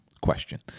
question